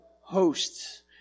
hosts